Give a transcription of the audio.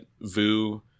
vu